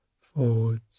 Forwards